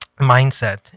mindset